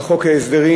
על חוק ההסדרים,